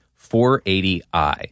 480i